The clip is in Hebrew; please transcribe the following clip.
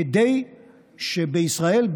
כדי שבישראל,